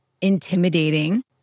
intimidating